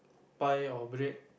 pie or bread